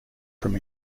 from